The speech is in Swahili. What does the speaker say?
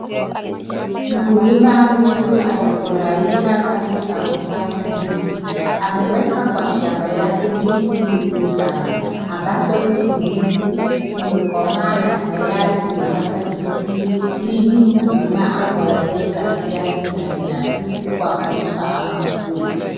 Mkulima huyu anafurahia kazi za kupanda ndizi. Ameweka kwa shamba yake ndizi mengi sana ambazo hizi ndizi zimekomaa na tayari zimepata ndizi ili mkulima afurahie kazi yake na ya ndizi kwa kuuza ama kukula.